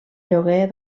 lloguer